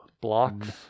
Blocks